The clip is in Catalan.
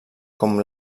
com